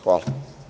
Hvala.